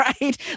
right